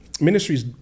Ministries